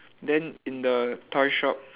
then in the toy shop